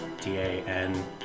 D-A-N